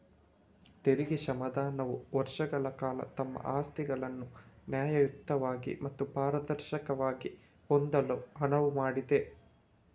ತೆರಿಗೆ ಕ್ಷಮಾದಾನವು ವರ್ಷಗಳ ಕಾಲ ತಮ್ಮ ಆಸ್ತಿಗಳನ್ನು ನ್ಯಾಯಯುತವಾಗಿ ಮತ್ತು ಪಾರದರ್ಶಕವಾಗಿ ಹೊಂದಲು ಅನುವು ಮಾಡಿದೆ